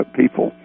people